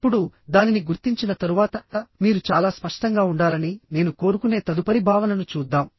ఇప్పుడు దానిని గుర్తించిన తరువాత మీరు చాలా స్పష్టంగా ఉండాలని నేను కోరుకునే తదుపరి భావనను చూద్దాం